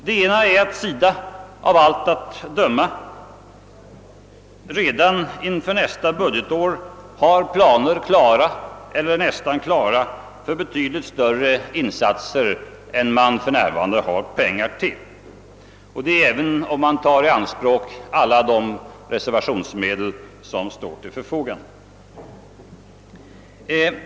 Det ena är att SIDA av allt att döma redan inför nästa budgetår har färdiga eller nästan färdiga planer för betydligt större insatser än man för närvar ande har pengar till, även om SIDA tar i anspråk alla de reservationsmedel som står till förfogande.